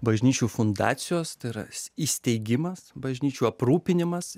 bažnyčių fundacijos tai yra įsteigimas bažnyčių aprūpinimas